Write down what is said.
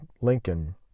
Lincoln